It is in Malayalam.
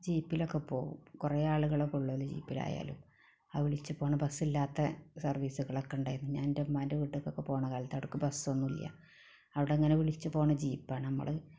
ജീപ്പിലൊക്കെ പോകും കുറെ ആളുകളെ കൊള്ളോലോ ജീപ്പിലായാലും ആ വിളിച്ച് പോകുന്ന ബസ്സില്ലാത്ത സർവ്വീസില്ലാതൊക്കെ ഉണ്ടായിരുന്നു ഞാനെൻ്റെ ഉമ്മാൻ്റെ വീട്ടിലേക്കൊക്കെ പോകുന്ന കാലത്ത് അവിടേയ്ക്ക് ബസ്സൊന്നും ഇല്ല അവിടെങ്ങനെ വിളിച്ച് പോകുന്ന ജീപ്പാണ് നമ്മൾ